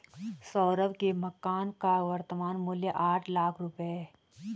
सौरभ के मकान का वर्तमान मूल्य आठ लाख रुपये है